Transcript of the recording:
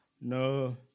No